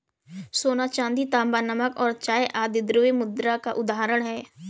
सोना, चांदी, तांबा, नमक और चाय आदि द्रव्य मुद्रा की उदाहरण हैं